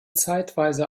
zeitweise